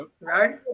Right